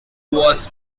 was